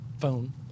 phone